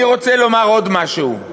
אני רוצה לומר עוד משהו,